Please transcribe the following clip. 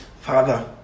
Father